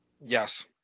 Yes